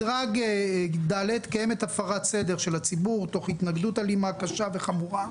מדרג ד' - קיימת הפרת סדר של הציבור תוך התנגדות אלימה קשה וחמורה,